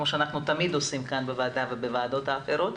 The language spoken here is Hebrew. כפי שאנחנו תמיד עושים כאן בוועדה ובוועדות אחרות.